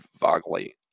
vaguely